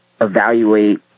evaluate